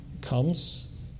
comes